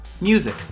music